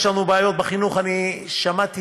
יש לנו בעיות בחינוך אני שמעתי,